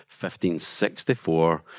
1564